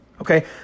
Okay